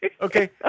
Okay